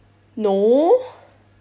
no